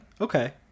Okay